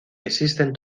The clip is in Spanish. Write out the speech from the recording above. existen